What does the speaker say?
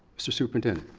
so superintendent.